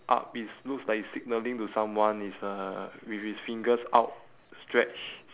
up it's looks like he is signalling to someone his uh with his fingers outstretched